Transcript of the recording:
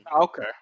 okay